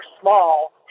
small